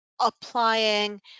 applying